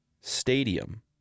Stadium